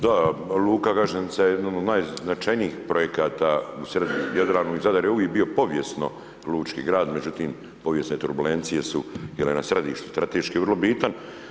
Da, luka Gaženica je jedna od najznačajnijih projekata usred Jadrana, Zadar je uvijek bio povijesno lučki grad, međutim povijesne turbulencije su bile na središtu strateški vrlo bitan.